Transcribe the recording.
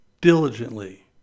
diligently